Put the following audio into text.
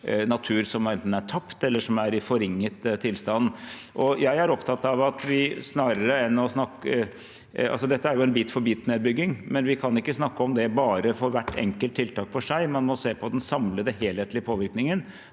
natur som enten er tapt eller er i forringet tilstand. Det jeg er opptatt av, er at dette er en bit-for-bit-nedbygging, men vi kan ikke snakke om bare hvert enkelt tiltak for seg, man må se på den samlede helhetlige påvirkningen.